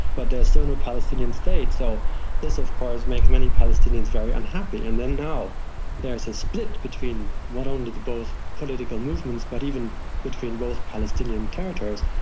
but there's still no palestinian state. so this of course makes many palestinians very unhappy. and then now there's a split between not only the both political movements but even between both palestinian territories,